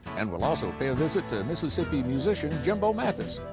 and we'll also pay a visit to mississippi musician jimbo mathus.